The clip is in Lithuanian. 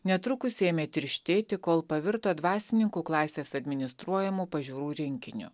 netrukus ėmė tirštėti kol pavirto dvasininkų klasės administruojamų pažiūrų rinkiniu